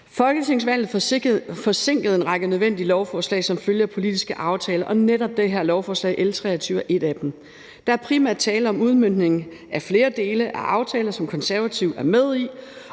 Folketingsvalget forsinkede en række nødvendige lovforslag som følge af politiske aftaler, og netop det her lovforslag, L 23, er et af dem. Der er primært tale om udmøntning af flere dele af aftaler, som Konservative er med i,